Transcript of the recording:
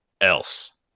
else